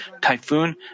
typhoon